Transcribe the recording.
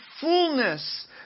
fullness